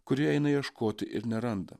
kuri eina ieškoti ir neranda